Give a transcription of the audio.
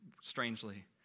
strangely